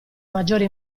maggiore